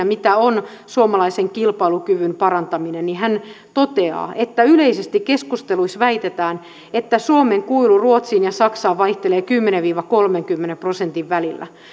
mitä on suomalaisen kilpailukyvyn parantaminen niin hän toteaa että yleisesti keskusteluissa väitetään että suomen kuilu ruotsiin ja saksaan vaihtelee kymmenen ja kolmenkymmenen prosentin välillä